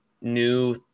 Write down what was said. new –